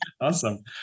Awesome